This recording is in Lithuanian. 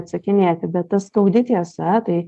atsakinėti bet ta skaudi tiesa tai